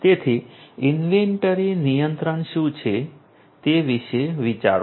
તેથી ઇન્વેન્ટરી નિયંત્રણ શું છે તે વિશે વિચારો